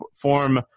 form